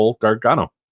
Gargano